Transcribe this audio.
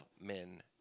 men